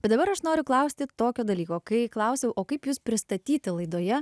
bet dabar aš noriu klausti tokio dalyko kai klausiau o kaip jus pristatyti laidoje